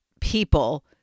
people